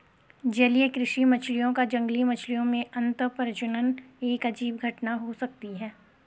जलीय कृषि मछलियों का जंगली मछलियों में अंतःप्रजनन एक अजीब घटना हो सकती है